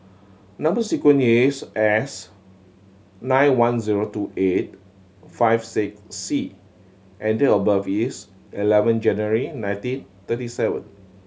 number sequence is S nine one zero two eight five six C and date of birth is eleven January nineteen thirty seven